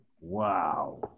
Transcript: wow